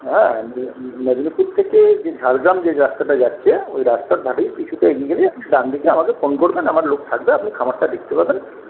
হ্যাঁ মেদিনীপুর থেকে যে ঝাড়গ্রাম যে রাস্তাটা যাচ্ছে ওই রাস্তার ধারেই কিছুটা এগিয়ে গেলে ডানদিকে আমাকে ফোন করবেন আমার লোক থাকবে আপনি খামারটা দেখতে পাবেন